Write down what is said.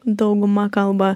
dauguma kalba